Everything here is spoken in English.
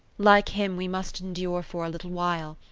like him, we must endure for a little while,